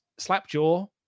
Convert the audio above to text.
Slapjaw